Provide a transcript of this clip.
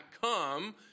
come